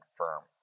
firm